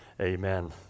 amen